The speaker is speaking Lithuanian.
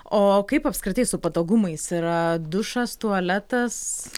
o kaip apskritai su patogumais yra dušas tualetas